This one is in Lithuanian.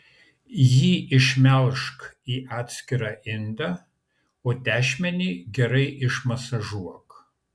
jį išmelžk į atskirą indą o tešmenį gerai išmasažuok